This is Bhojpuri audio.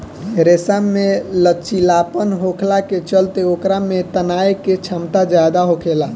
रेशा में लचीलापन होखला के चलते ओकरा में तनाये के क्षमता ज्यादा होखेला